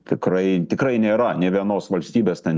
tikrai tikrai nėra nė vienos valstybės ten